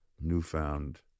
newfound